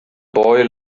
boy